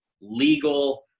legal